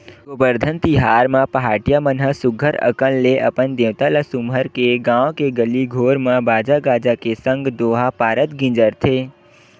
गोबरधन तिहार म पहाटिया मन ह सुग्घर अंकन ले अपन देवता ल सुमर के गाँव के गली घोर म बाजा गाजा के संग दोहा पारत गिंजरथे